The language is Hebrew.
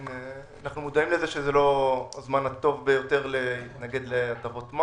אנו מודעים לזה שזה לא הזמן הטוב ביותר להתנגד להטבות מס